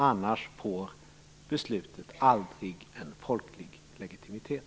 Annars får beslutet aldrig en folklig legitimitet.